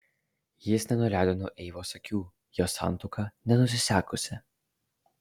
jis nenuleido nuo eivos akių jos santuoka nenusisekusi